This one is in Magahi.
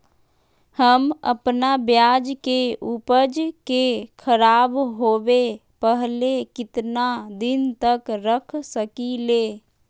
हम अपना प्याज के ऊपज के खराब होबे पहले कितना दिन तक रख सकीं ले?